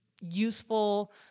useful